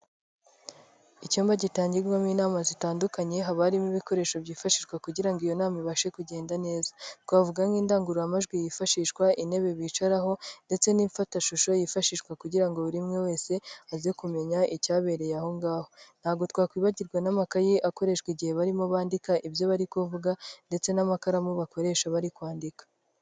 Icyumba gitangirwamo inama zitandukanye haba harimo ibikoresho byifashishwa kugira ngo iyo nama ibashe kugenda neza, twavuga nk'indangururamajwi yifashishwa, intebe bicaraho ndetse n'imfatashusho yifashishwa kugira ngo buri umwe wese aze kumenya icyabereye aho ngaho. ntabwo twakwibagirwa n'amakaye akoreshwa igihe barimo bandika ibyo bari kuvuga ndetse n'amakaramu bakoresha bari kwandika.